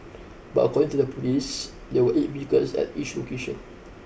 but according to the police there were eight vehicles at each location